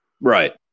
right